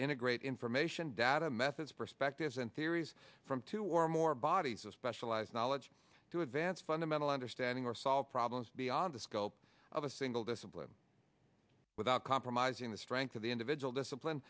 integrate information data methods perspectives and theories from two or more bodies with specialized knowledge to advance fundamental understanding or solve problems beyond the scope of a single discipline without compromising the strength of the individual discipline